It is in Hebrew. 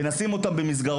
ונשים אותם במסגרות,